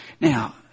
Now